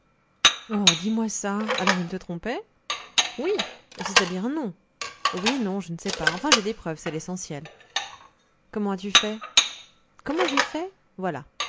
oh dis-moi ça alors il te trompait oui c'est-à-dire non oui et non je ne sais pas enfin j'ai des preuves c'est l'essentiel comment as-tu fait comment j'ai fait voilà